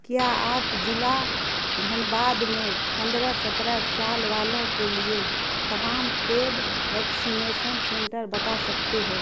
کیا آپ ضلع دھنباد میں پندرہ سترہ سال والوں کے لیے تمام پیڈ ویکسینیشن سنٹر بتا سکتے ہو